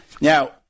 Now